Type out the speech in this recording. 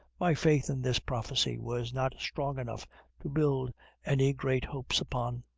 my faith in this prophecy was not strong enough to build any great hopes upon.